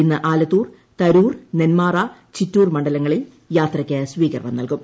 ഇന്ന് ആലത്തൂർ തരൂർ നെന്മാറ ചിറ്റൂർ മണ്ഡലങ്ങളിൽ യാത്രക്ക് സ്വീകരണം നൽകും